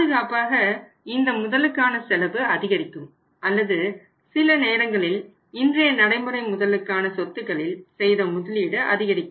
பாதுகாப்பாக இந்த முதலுக்கான செலவு அதிகரிக்கும் அல்லது சில நேரங்களில் இன்றைய நடைமுறை முதலுக்கான சொத்துக்களில் செய்த முதலீடும் அதிகரிக்கும்